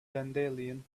dandelion